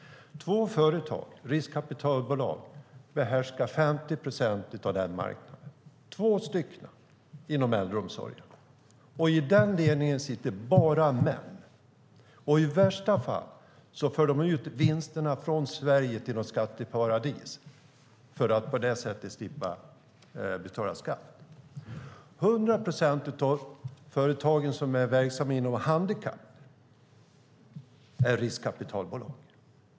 Två riskkapitalbolag behärskar 50 procent av marknaden inom äldreomsorgen. I ledningen för dessa sitter bara män, och i värsta fall för de ut vinsterna från Sverige till något skatteparadis för att slippa betala skatt. 100 procent av företagen som är verksamma inom handikapp är riskkapitalbolag.